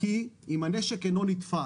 כי אם הנשק אינו נתפס,